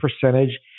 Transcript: percentage